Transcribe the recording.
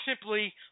simply